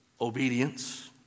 obedience